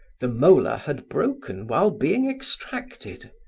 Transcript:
the molar had broken while being extracted.